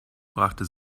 brachte